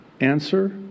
Answer